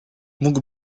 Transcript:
mógł